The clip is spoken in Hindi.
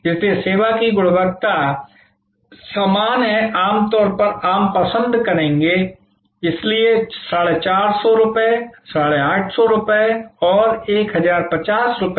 इसलिए सेवा की गुणवत्ता समान है आम तौर पर आप पसंद करेंगे इसलिए 450 850 और 1050 की कीमत है